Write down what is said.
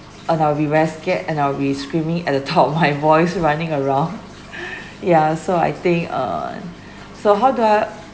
and I will be very scared and I will be screaming at the top of my voice running around yeah so I think uh so how do I